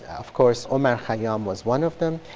of course omar khayyam was one of them.